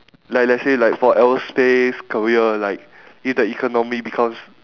like let's say like for aerospace career like if the economy becomes